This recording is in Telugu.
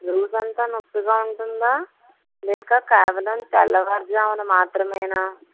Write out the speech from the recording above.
రోజు అంతా నొప్పిగా ఉంటుందా లేక కేవలం తెల్లవారుజామున మాత్రమేనా